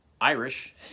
Irish